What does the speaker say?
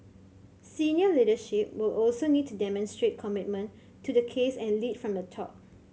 senior leadership will also need to demonstrate commitment to the case and lead from the top